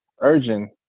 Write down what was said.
urgent